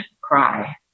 cry